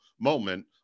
moment